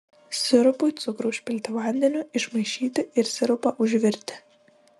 sirupui cukrų užpilti vandeniu išmaišyti ir sirupą užvirti